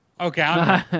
Okay